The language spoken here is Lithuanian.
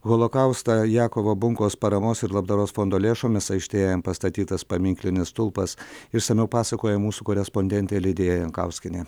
holokaustą jakovo bunkos paramos ir labdaros fondo lėšomis aikštėje jam pastatytas paminklinis stulpas išsamiau pasakoja mūsų korespondentė lidija jankauskienė